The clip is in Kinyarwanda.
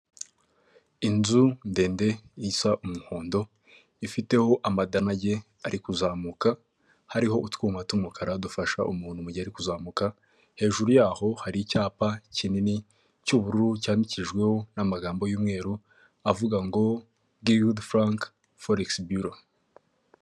Inzu ndende isa umuhondo ifiteho amadanage ari kuzamuka hariho utwuma tw'umukara dufasha umuntu mugihe ari kuzamuka hejuru yaho hari icyapa kinini cy'ubururu cyandikijweho n'amagambo y'umweru avuga ngo giidi furaka foregisi biro.